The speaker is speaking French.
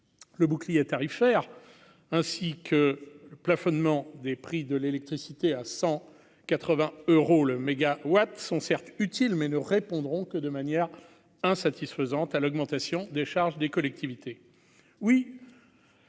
le bouclier tarifaire, ainsi que le plafonnement des prix de l'électricité à cent quatre-vingts euros le méga-watts sont certes utiles mais ne répondront que de manière insatisfaisante à l'augmentation des charges des collectivités